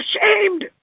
ashamed